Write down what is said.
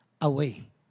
Away